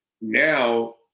Now